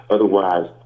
Otherwise